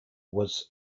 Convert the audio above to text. was